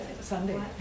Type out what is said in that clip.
Sunday